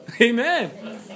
Amen